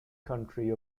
country